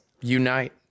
unite